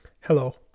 Hello